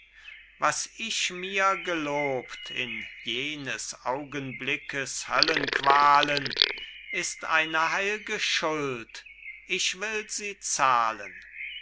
was ich mir gelobt in jenes augenblickes höllenqualen ist eine heil'ge schuld ich will sie zahlen